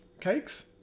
cakes